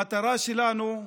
המטרה שלנו,